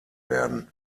werden